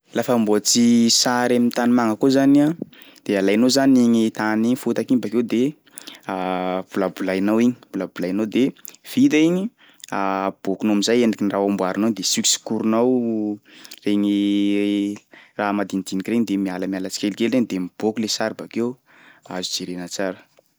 Lafa amboatsy sary am'tanimanga koa zany iha, de alainao zany igny tany igny fotaky igny bakeo de bolabolainao igny, bolabolainao de vita igny aboakinao am'zay endriky ny raha ho amboarinao igny de sikosikorinao regny raha madinidiniky regny de mialamiala tsikelikely regny de miboaky le sary bakeo, azo jerena tsara.